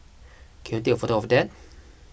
can you take a photo of that